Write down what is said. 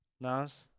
Nice